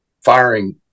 firing